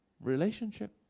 Relationship